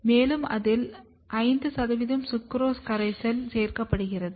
மேலும் அதில் 5 சுக்ரோஸ் கரைசல் சேர்க்கப்படுகிறது